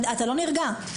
יש לך מזל